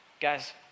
Guys